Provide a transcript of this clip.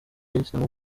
yahisemo